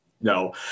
no